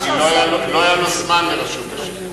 כי לא היה לו זמן לרשות השידור.